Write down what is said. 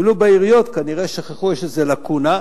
ואילו בעיריות כנראה שכחו וזו לקונה.